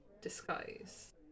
disguise